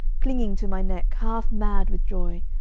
clinging to my neck, half mad with joy.